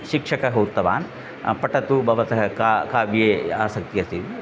शिक्षकः उक्तवान् पठतु भवतः का काव्ये आसक्तिः अस्ति